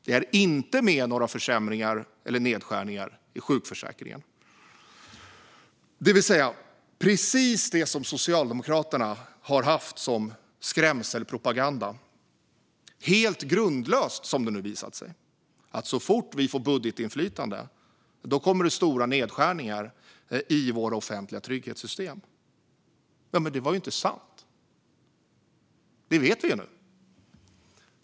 Det finns inte med några försämringar eller nedskärningar i sjukförsäkringen. Det är precis detta som Socialdemokraterna har haft som skrämselpropaganda, och helt grundlöst som det nu visat sig, att så fort som vi får budgetinflytande kommer det stora nedskärningar i våra offentliga trygghetssystem. Men det var inte sant; det vet vi nu.